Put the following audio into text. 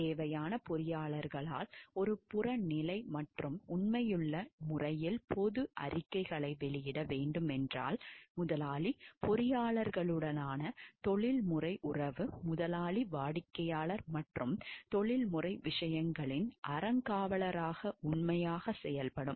தேவையான பொறியியலாளர்கள் ஒரு புறநிலை மற்றும் உண்மையுள்ள முறையில் பொது அறிக்கைகளை வெளியிட வேண்டும் என்றால் முதலாளி பொறியாளர்களுடனான தொழில்முறை உறவு முதலாளி வாடிக்கையாளர் மற்றும் தொழில்முறை விஷயங்களின் அறங்காவலராக உண்மையாக செயல்படும்